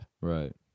Right